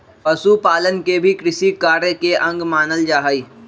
पशुपालन के भी कृषिकार्य के अंग मानल जा हई